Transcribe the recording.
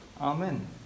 Amen